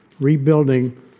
rebuilding